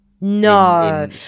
no